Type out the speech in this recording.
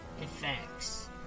effects